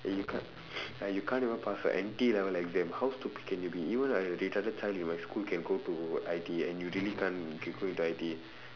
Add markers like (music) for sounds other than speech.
you can't (breath) like you can't even pass a N_T level exam how stupid can you be even a retarded child in my school can go to I_T_E and you really can't you can go into I_T_E